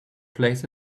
plays